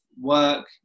work